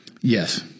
Yes